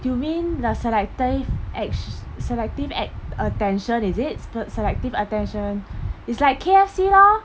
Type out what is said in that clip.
you mean the selective actio~ selective act attention is it sel~ selective attention it's like K_F_C lor